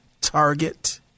target